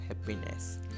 happiness